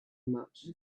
much